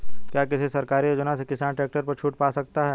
क्या किसी सरकारी योजना से किसान ट्रैक्टर पर छूट पा सकता है?